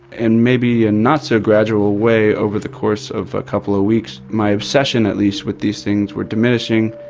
and maybe in a not so gradual way over the course of a couple of weeks my obsession at least with these things were diminishing.